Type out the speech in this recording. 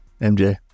MJ